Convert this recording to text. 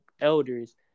elders